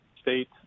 state